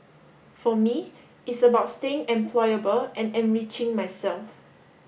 for me it's about staying employable and enriching myself